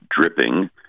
dripping